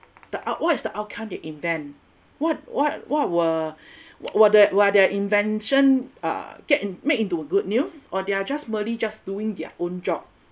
the out~ what is the outcome they invent what what what were were th~ were their invention are get in made into a good news or they're just just doing their own job